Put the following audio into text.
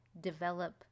develop